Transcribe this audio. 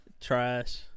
Trash